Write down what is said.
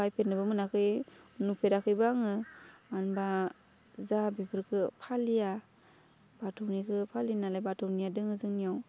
बायफेरनोबो मोनाखै नुफेराखैबो आङो मानो होनबा जोंहा बेफोरखौ फालिया बाथौनिखौ फालियो नालाय बाथौनिया दङो जोंनियाव